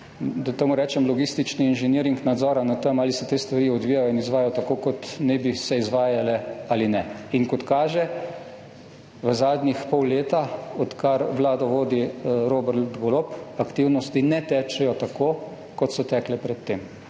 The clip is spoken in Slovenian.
da temu rečem, logistični inženiring nadzora nad tem, ali se te stvari odvijajo in izvajajo tako, kot naj bi se izvajale, ali ne. In kot kaže, v zadnjega pol leta, odkar vlado vodi Robert Golob, aktivnosti ne tečejo tako, kot so tekle pred tem,